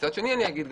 מצד שני אני אגיד,